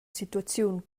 situaziun